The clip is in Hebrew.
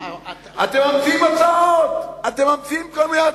אתם ממציאים כל מיני הצעות.